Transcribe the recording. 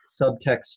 subtext